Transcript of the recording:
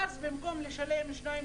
ואז במקום לשלם 2%,